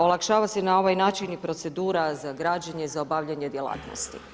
Olakšava se na ovaj način procedura, za građenje i za obavljanje djelatnosti.